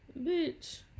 Bitch